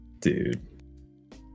Dude